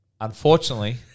unfortunately